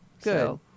Good